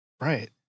Right